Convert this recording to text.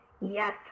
Yes